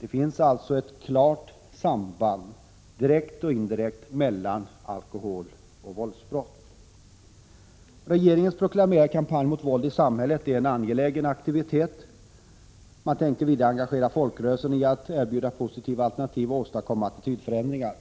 Det finns alltså ett starkt samband, direkt och indirekt, mellan alkohol och våldsbrott. Regeringens proklamerade kampanj mot våldet i samhället är en angelägen aktivitet. Man tänker vidare engagera folkrörelserna i att erbjuda positiva alternativ och åstadkomma attitydförändringar.